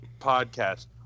podcast